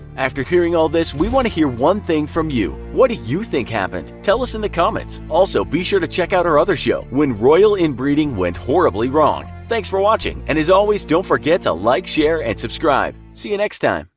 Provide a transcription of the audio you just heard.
after hearing all this we want to hear one thing from you what do you think happened? tell us in the comments. also, be sure to check out our other show when royal inbreeding went horribly wrong. thanks for watching, and as always, don't forget to like, share and subscribe. see you next time.